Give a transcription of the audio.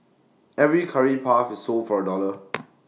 every Curry puff is sold for A dollar